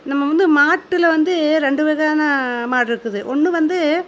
நம்ம வந்து மாட்டில் வந்து ரெண்டு வகையான மாடு இருக்குது ஒன்று வந்து